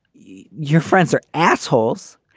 yeah your friends are assholes